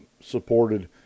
supported